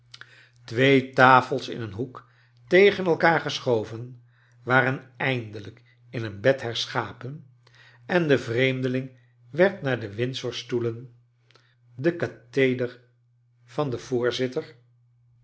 twee tafels in een hoek tegen elkaar geschoven waren eindelrjk in een bed herschapen en de vreemdeling werd naar de windsor stoelen den katheder van den voorzitter